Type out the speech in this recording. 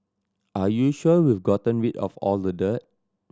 are you sure we've gotten rid of all the dirt